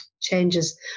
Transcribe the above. changes